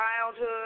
childhood